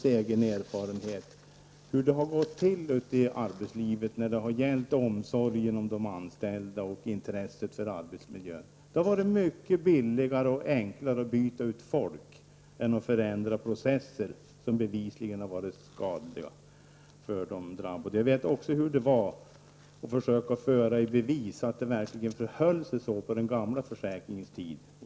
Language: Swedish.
Av egen erfarenhet vet jag hur det har gått till ute i arbetslivet när det gällt omsorgen om anställda och intresset för arbetsmiljön. Då var det mycket billigare och enklare att byta ut folk än att förändra processer som bevisligen har varit skadliga. Jag vet också hur det gick till när man på den gamla försäkringens tid skulle försöka bevisa att det verkligen förhöll sig så som man hävdade.